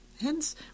Hence